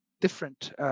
different